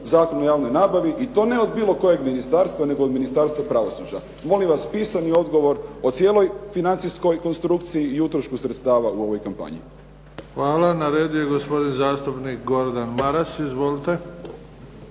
Zakon o javnoj nabavi i to ne od bilo kojeg ministarstva, nego od Ministarstva pravosuđa. Molim vas pisani odgovor o cijeloj financijskoj instrukciji i utrošku sredstava u ovoj kampanji. **Bebić, Luka (HDZ)** Hvala. Na redu je gospodin zastupnik Gordan Maras. Izvolite.